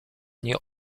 nie